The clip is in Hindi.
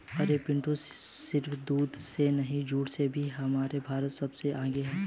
अरे पिंटू सिर्फ दूध में नहीं जूट में भी हमारा भारत सबसे आगे हैं